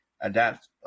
adapt